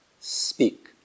speak